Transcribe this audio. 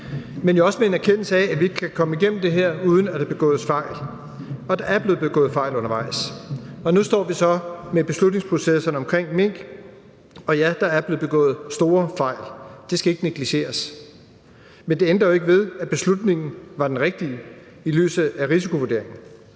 jo også med en erkendelse af, at vi ikke kan komme igennem det her, uden at der begås fejl. Og der er blevet begået fejl undervejs. Nu står vi så med beslutningsprocessen omkring mink, og ja, der er blevet begået store fejl. Det skal ikke negligeres. Men det ændrer jo ikke ved, at beslutningen var den rigtige i lyset af risikovurderingen.